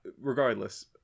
regardless